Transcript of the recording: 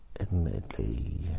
admittedly